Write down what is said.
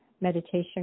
meditation